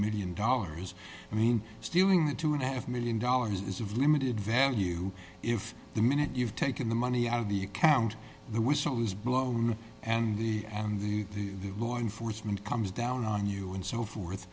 million dollars i mean stealing the two and a half one million dollars is of limited value if the minute you've taken the money out of the account the whistle is blown and the and the law enforcement comes down on you and so forth